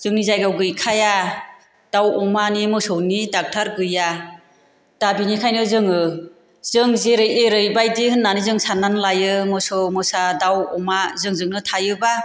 जोंनि जायगायाव गैखाया दाउ अमानि मोसौनि डाक्टार गैया दा बेनिखायनो जोङो जों जेरै एरै बायदि होन्नानै जों सान्नानै लायो मोसौ मोसा दाउ अमा जोंजोंनो थायोबा